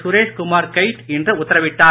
சுரேஷ்குமார் கெய்ட் இன்று உத்தரவிட்டார்